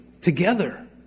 together